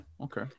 Okay